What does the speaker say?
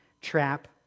trap